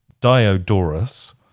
Diodorus